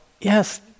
yes